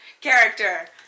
character